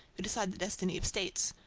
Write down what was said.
who decide the destiny of states